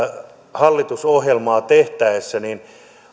hallitusohjelmaa tehtäessä